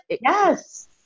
yes